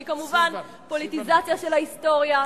שהיא כמובן פוליטיזציה של ההיסטוריה,